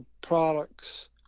products